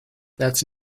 that’s